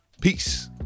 Peace